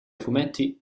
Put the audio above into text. fumetti